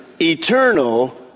eternal